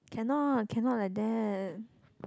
cannot cannot like that